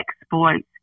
exploits